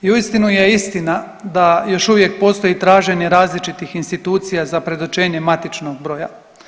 I uistinu je istina da još uvijek postoji traženje različitih institucija za predočenje matičnog broja.